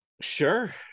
Sure